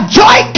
joy